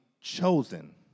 chosen